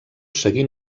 seguint